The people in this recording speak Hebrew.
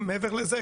מעבר לזה,